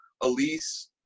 Elise